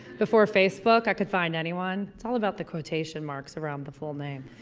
before facebook, i could find anyone. it's all about the quotation marks around the full name.